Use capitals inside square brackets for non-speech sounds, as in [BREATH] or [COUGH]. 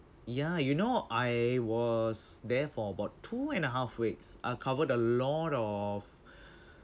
yeah you know I was there for about two and a half weeks I've covered a lot of [BREATH]